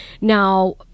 Now